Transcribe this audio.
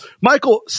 Michael